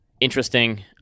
interesting